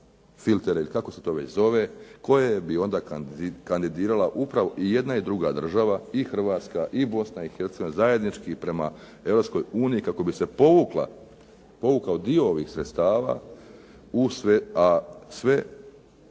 filtere ili kako se to već zove koje bi onda kandidirala upravo i jedna država i Hrvatska i Bosna i Hercegovina zajednički prema Europskoj uniji kako bi se povukao dio ovih sredstava, a sve